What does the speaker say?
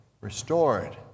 restored